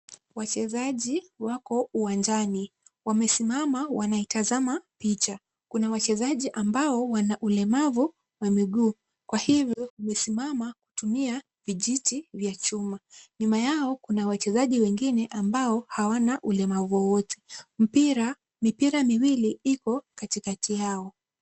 Wachezaji wako uwanjani. Wamesimama wanaitazama picha. Kuna wachezaji ambao wana ulemavu wa miguu kwa hivyo wamesimama kutumia vijiti vya chuma. Nyuma yao kuna wachezaji wengine ambao hawana ulemavu wowote. Mipira miwili iko katikati yao.